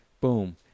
Boom